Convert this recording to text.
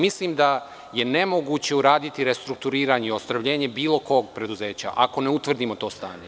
Mislim da je nemoguće uraditi restrukturiranje i ozdravljenje bilo kog preduzeća, ako ne utvrdimo to stanje.